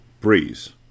Breeze